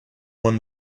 won